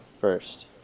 first